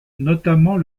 notamment